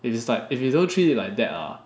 if it's like if you don't treat it like that ah